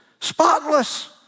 spotless